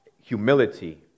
humility